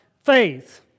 Faith